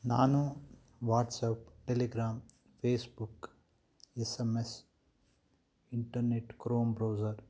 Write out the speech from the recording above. ನಾನು WhatsApp Telegram Facebook S M S internet Chrome browser